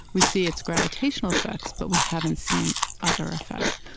we see its gravitational effects, but we haven't seen other effects.